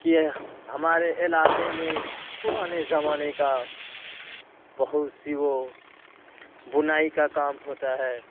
کہ ہمارے علاقے میں پرانے زمانے کا بہت سی وہ بنائی کا کام ہوتا ہے